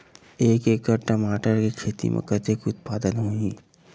एक एकड़ टमाटर के खेती म कतेकन उत्पादन होही?